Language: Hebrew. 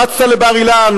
רצת לבר-אילן,